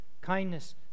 kindness